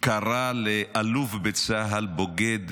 קרא לאלוף בצה"ל בוגד,